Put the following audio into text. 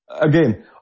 again